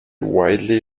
widely